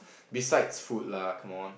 besides food lah come on